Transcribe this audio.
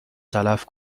تلف